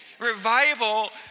revival